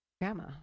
grandma